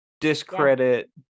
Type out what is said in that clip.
discredit